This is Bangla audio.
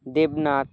দেবনাথ